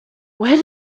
where